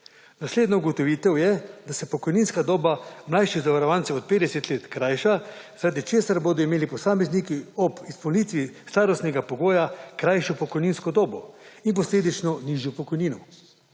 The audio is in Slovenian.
Naslednja ugotovitev je, da se pokojninska doba mlajših zavarovancev od 50 let krajša, zaradi česar bodo imeli posamezniki ob izpolnitvi starostnega pogoja krajšo pokojninsko dobo in posledično nižjo pokojnino.